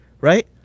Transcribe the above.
right